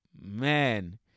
man